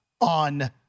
on